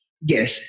Yes